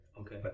Okay